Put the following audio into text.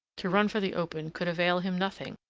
to run for the open could avail him nothing,